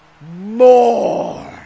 more